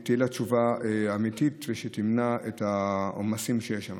תהיה לה תשובה אמיתית שתמנע את העומסים שיש שם.